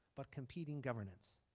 but competing governance.